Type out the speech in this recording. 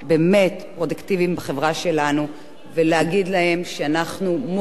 ולהגיד להם שאנחנו מוקירים ומעריכים את השינוי שהם עשו